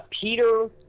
Peter